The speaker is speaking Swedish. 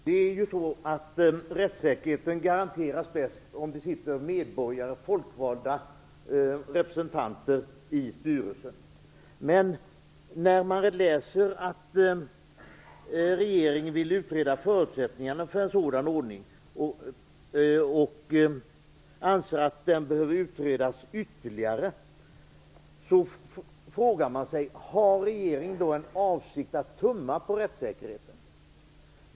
Herr talman! Rättssäkerheten garanteras bäst om folkvalda representanter sitter med i styrelsen. Men det står att läsa att regeringen vill utreda förutsättningarna för en sådan ordning, och man anser att detta behöver utredas ytterligare. Då frågar jag: Har regeringen för avsikt att tumma på rättssäkerheten?